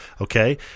Okay